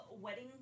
wedding